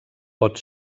pot